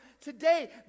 today